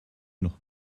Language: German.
noch